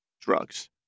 drugs